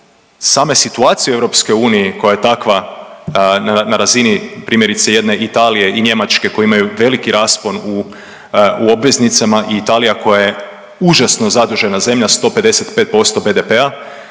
same situacije u EU koja je takva na razini primjerice jedne Italije i Njemačke koji imaju veliki raspon u obveznicama i Italija koja je užasno zadužena zemlja 155 posto BDP-a,